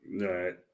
right